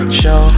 show